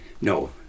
No